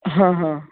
हा हा